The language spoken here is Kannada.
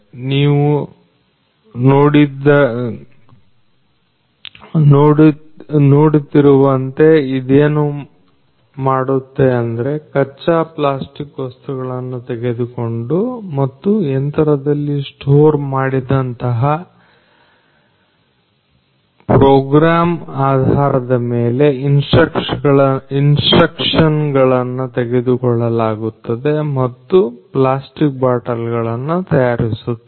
ನೀವು ನೋಡಿದ್ದರಂತೆ ಇದೇನು ಮಾಡುತ್ತೆ ಅಂದ್ರೆ ಕಚ್ಚಾ ಪ್ಲಾಸ್ಟಿಕ್ ವಸ್ತುಗಳನ್ನು ತೆಗೆದುಕೊಂಡು ಮತ್ತು ಯಂತ್ರದಲ್ಲಿ ಸ್ಟೋರ್ ಮಾಡಿದಂತಹ ಪ್ರೋಗ್ರಾಮ್ ಆಧಾರದ ಮೇಲೆ ಇನ್ಸ್ಟ್ರಕ್ಷನ್ ಗಳನ್ನು ತೆಗೆದುಕೊಳ್ಳಲಾಗುತ್ತದೆ ಮತ್ತು ಪ್ಲಾಸ್ಟಿಕ್ ಬಾಟಲ್ ಗಳನ್ನು ತಯಾರಿಸಲಾಗುತ್ತದೆ